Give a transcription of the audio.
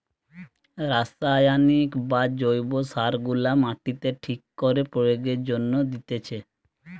রাসায়নিক বা জৈব সার গুলা মাটিতে ঠিক করে প্রয়োগের জন্যে দিতেছে